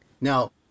Now